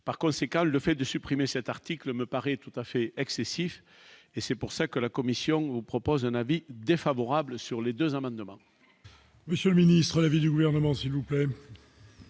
par conséquent, le fait de supprimer cet article me paraît tout à fait excessif et c'est pour ça que la commission ou propose un avis défavorable sur les 2 amendements.